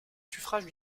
suffrage